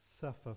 suffer